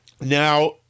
Now